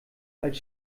als